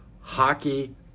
hockey